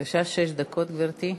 בבקשה, שש דקות, גברתי.